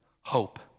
Hope